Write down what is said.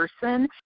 person